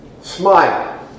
smile